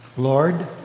Lord